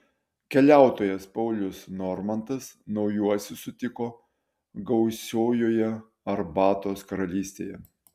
keliautojas paulius normantas naujuosius sutiko gausiojoje arbatos karalystėje